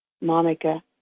Monica